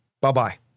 Bye-bye